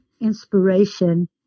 inspiration